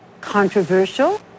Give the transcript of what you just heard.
controversial